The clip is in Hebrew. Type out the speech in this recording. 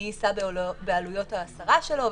מי יישא בעלויות ההסרה שלו.